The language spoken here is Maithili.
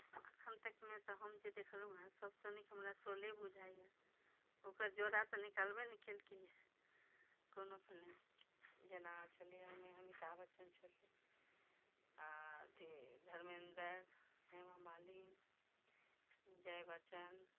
एखन तकमे तऽ हम जे देखलहुॅं सबसँ नीक हमरा शोले बुझाइया ओकर जोड़ा तऽ निकालबे नहि केलकैया कोना फिलिम जेना छलैया ओहिमे अमिताभ बच्चन छलै आ अथी धर्मेन्द्र हेमा मालिन जया बच्चन